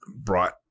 brought